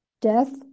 Death